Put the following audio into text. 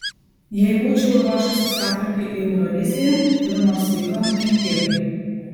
jei būčiau ruošusis atrankai į euroviziją kuri nors veikla nukentėtų